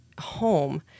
home